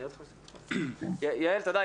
יעל, תודה.